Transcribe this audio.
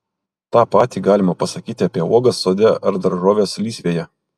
tą patį galima pasakyti apie uogas sode ar daržoves lysvėje